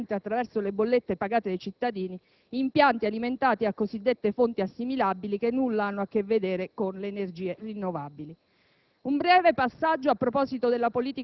grazie a cui si finanziano cospicuamente, attraverso le bollette pagate dai cittadini, impianti alimentati da cosiddette fonti assimilabili, che nulla hanno a che vedere con le energie rinnovabili.